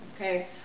okay